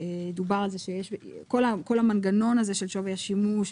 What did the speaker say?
דובר על זה שכל המנגנון הזה של שווי השימוש,